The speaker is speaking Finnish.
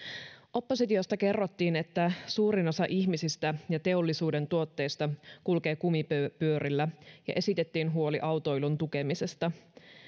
oppositiosta kerrottiin että suurin osa ihmisistä ja teollisuuden tuotteista kulkee kumipyörillä ja esitettiin huoli autoilun tukemisesta